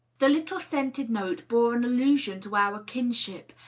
the little scented note bore an allusion to our kinship,